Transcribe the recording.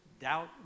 Doubt